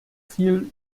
viel